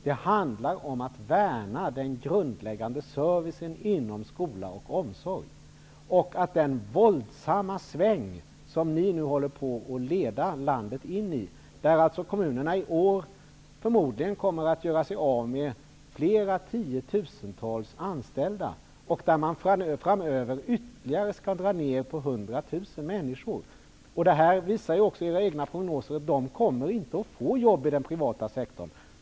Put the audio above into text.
Det handlar om att värna den grundläggande servicen inom skola och omsorg. Det är en våldsam omsvängning som ni nu leder landet in i. Kommunerna kommer i år förmodligen att göra sig av med flera tiotusentals anställda, och man skall framöver dra ned med ytterligare 100 000 människor. Detta visar också era egna prognoser. Dessa människor kommer inte att få jobb i den privata sektorn.